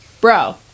Bro